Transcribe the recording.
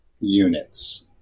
units